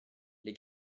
les